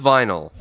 Vinyl